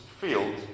field